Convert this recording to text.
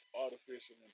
artificial